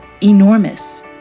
enormous